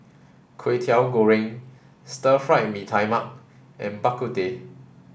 Kway Teow Goreng Stir Fry Mee Tai Mak and Bak Kut Teh